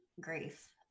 grief